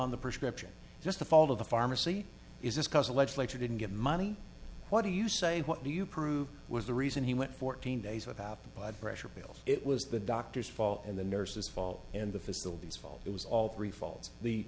on the prescription just to follow the pharmacy is discuss the legislature didn't get money what do you say what do you prove was the reason he went fourteen days without blood pressure pills it was the doctor's fault and the nurses fault and the facilities fault it was all